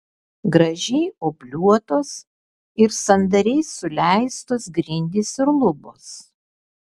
gražiai obliuotos ir sandariai suleistos grindys ir lubos